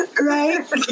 right